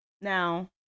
Now